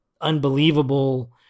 unbelievable